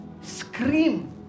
scream